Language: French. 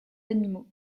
animaux